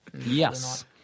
Yes